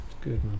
good